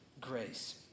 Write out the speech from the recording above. grace